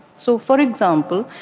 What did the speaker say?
so for example,